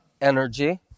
energy